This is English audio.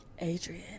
Adrian